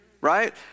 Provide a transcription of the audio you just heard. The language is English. right